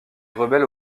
rebelles